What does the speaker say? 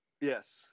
yes